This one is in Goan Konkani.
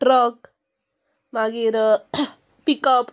ट्रक मागीर पिकअप